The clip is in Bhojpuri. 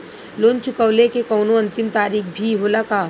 लोन चुकवले के कौनो अंतिम तारीख भी होला का?